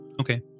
Okay